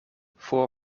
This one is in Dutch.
voor